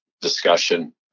discussion